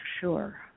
sure